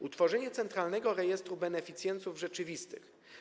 Utworzenie Centralnego Rejestru Beneficjentów Rzeczywistych.